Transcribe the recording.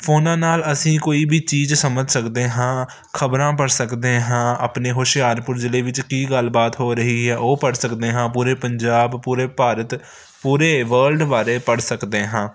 ਫੋਨਾਂ ਨਾਲ ਅਸੀਂ ਕੋਈ ਵੀ ਚੀਜ਼ ਸਮਝ ਸਕਦੇ ਹਾਂ ਖਬਰਾਂ ਪੜ੍ਹ ਸਕਦੇ ਹਾਂ ਆਪਣੇ ਹੁਸ਼ਿਆਰਪੁਰ ਜ਼ਿਲ੍ਹੇ ਵਿੱਚ ਕੀ ਗੱਲਬਾਤ ਹੋ ਰਹੀ ਹੈ ਉਹ ਪੜ੍ਹ ਸਕਦੇ ਹਾਂ ਪੂਰੇ ਪੰਜਾਬ ਪੂਰੇ ਭਾਰਤ ਪੂਰੇ ਵਰਲਡ ਬਾਰੇ ਪੜ੍ਹ ਸਕਦੇ ਹਾਂ